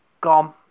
gone